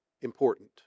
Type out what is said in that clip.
important